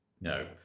No